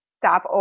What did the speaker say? Stop